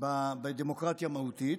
בדמוקרטיה מהותית.